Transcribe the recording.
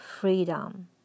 freedom